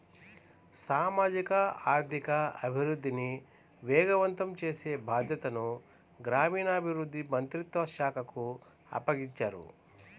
సామాజిక ఆర్థిక అభివృద్ధిని వేగవంతం చేసే బాధ్యతను గ్రామీణాభివృద్ధి మంత్రిత్వ శాఖకు అప్పగించారు